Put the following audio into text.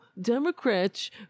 Democrats